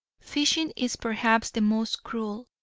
fishing is perhaps the most cruel.